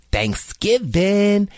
Thanksgiving